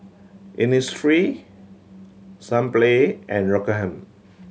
Innisfree Sunplay and Rockingham